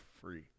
free